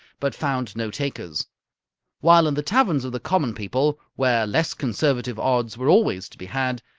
but found no takers while in the taverns of the common people, where less conservative odds were always to be had,